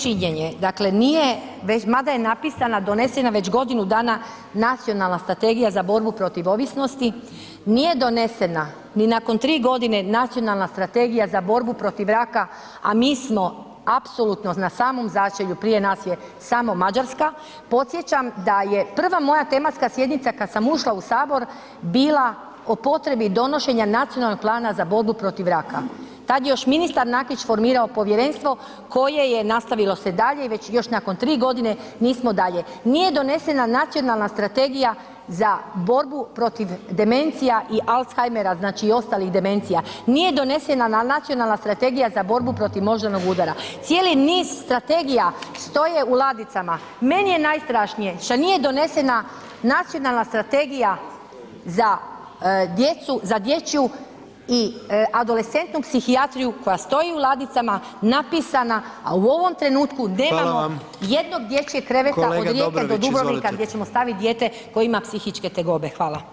Nečinjenje, dakle nije, mada je napisana, donesena već godinu dana nacionalna strategija za borbu protiv ovisnosti, nije donesena ni nakon 3.g. nacionalna strategija za borbu protiv raka, a mi smo apsolutno na samom začelju, prije nas je samo Mađarska, podsjećam da je prva moja tematska sjednica kad sam ušla u HS bila o potrebi donošenja nacionalnog plana za borbu protiv raka, tad je još ministar Nakić formirao povjerenstvo koje je nastavilo se dalje i već još nakon 3.g. nismo dalje, nije donesena nacionalna strategija za borbu protiv demencija i alzheimera znači i ostalih demencija, nije donesena nacionalna strategija za borbu protiv moždanog udara, cijeli niz strategija stoje u ladicama, meni je najstrašnije što nije donesena nacionalna strategija za djecu, za dječju i adolescentnu psihijatriju koja stoji u ladicama napisana, a u ovom trenutku [[Upadica: Hvala vam]] nemamo jednog dječjeg kreveta [[Upadica: Kolega Dobrović izvolite]] od Rijeka do Dubrovnika gdje ćemo stavit dijete koje ima psihičke tegobe.